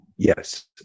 yes